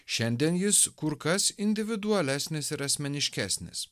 šiandien jis kur kas individualesnis ir asmeniškesnis